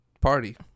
Party